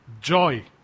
joy